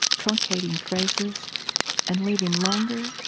truncating phrases and leaving longer